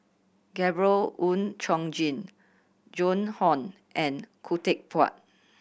Gabriel Oon Chong Jin Joan Hon and Khoo Teck Puat